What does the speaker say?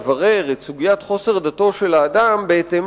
לברר את סוגיית חוסר דתו של האדם בהתאם